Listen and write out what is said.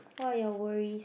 what are your worries